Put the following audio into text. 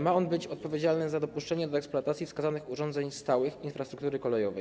Ma on być odpowiedzialny za dopuszczenie do eksploatacji wskazanych urządzeń stałych infrastruktury kolejowej.